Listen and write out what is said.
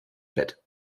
bett